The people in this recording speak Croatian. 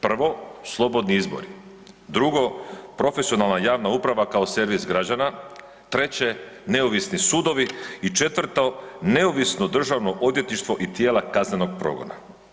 Prvo slobodni izbori, drugo profesionalna javna uprava kao servis građana, treće neovisni sudovi i četvrto neovisno državno odvjetništvo i tijela kaznenog progona.